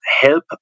help